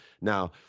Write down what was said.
Now